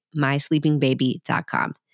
mysleepingbaby.com